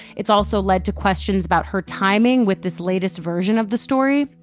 it's also led to questions about her timing with this latest version of the story.